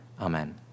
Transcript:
Amen